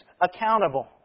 accountable